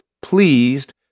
pleased